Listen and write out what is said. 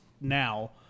now